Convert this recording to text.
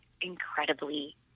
incredibly